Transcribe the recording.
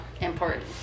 important